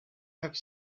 have